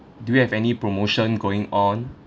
do you have any promotion going on